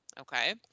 okay